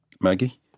Maggie